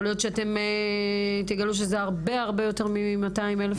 יכול להיות שאתם תגלו שזה הרבה הרבה יותר מ-200,000 נשים?